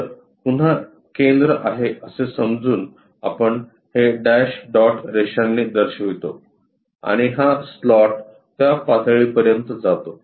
तर पुन्हा केंद्र आहे असे समजून आपण हे डॅश डॉट रेषांनी दर्शवितो आणि हा स्लॉट त्या पातळीपर्यंत जातो